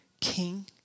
King